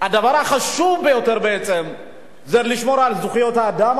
הדבר החשוב ביותר זה לשמור על זכויות האדם,